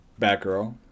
batgirl